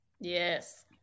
Yes